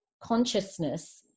consciousness